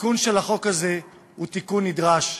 התיקון של החוק הזה הוא תיקון נדרש.